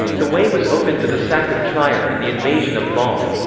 the way was open to the sack of trier and the invasion of gaul.